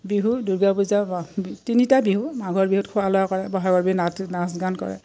বিহু দুৰ্গা পূজা তিনিটা বিহু মাঘৰ বিহুত খোৱা লোৱা কৰে বহাগৰ বিহ নাট নাচ গান কৰে